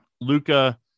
Luca